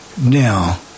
Now